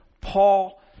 Paul